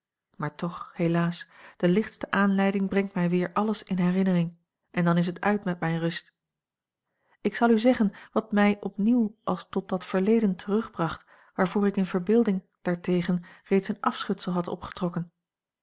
maar toch helaas de lichtste aanleiding brengt mij weer alles in herinnering en dan is het uit met mijne rust ik zal u zeggen wat mij opnieuw als tot dat verleden terugbracht waarvoor ik in verbeelding daartegen reeds een afschutsel had opgetrokken